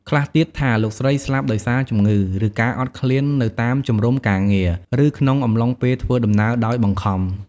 ខ្លះទៀតថា លោកស្រីស្លាប់ដោយសារជំងឺ ឬការអត់ឃ្លាននៅតាមជំរុំការងារ ឬក្នុងអំឡុងពេលធ្វើដំណើរដោយបង្ខំ។